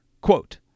Quote